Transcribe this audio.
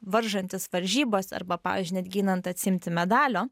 varžantis varžybas arba pavyzdžiui netgi einant atsiimti medalio